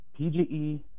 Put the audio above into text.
PGE